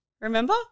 remember